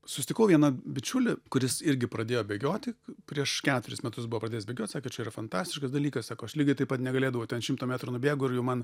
susitikau vieną bičiulį kuris irgi pradėjo bėgioti prieš keturis metus buvo pradėjęs bėgiot sakė čia yra fantastiškas dalykas sako aš lygiai taip pat negalėdavau ten šimto metrų nubėgu ir jau man